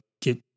get